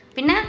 Pina